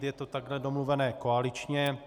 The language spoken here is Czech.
Je to takhle domluveno koaličně.